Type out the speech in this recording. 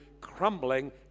crumbling